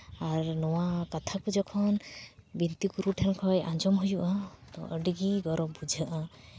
ᱟᱨ ᱱᱚᱣᱟ ᱠᱟᱛᱷᱟ ᱠᱚ ᱡᱚᱠᱷᱚᱱ ᱵᱤᱱᱛᱤ ᱜᱩᱨᱩ ᱴᱷᱮᱱ ᱠᱷᱚᱱ ᱟᱸᱡᱚᱢ ᱦᱩᱭᱩᱜᱼᱟ ᱛᱳ ᱟᱹᱰᱤᱜᱮ ᱜᱚᱨᱚᱵᱽ ᱵᱩᱡᱷᱟᱹᱜᱼᱟ